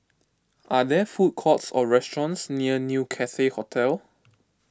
are there food courts or restaurants near New Cathay Hotel